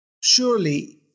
surely